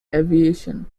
aviation